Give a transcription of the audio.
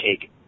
take